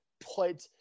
put